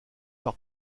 par